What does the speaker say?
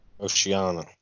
Oceana